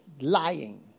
lying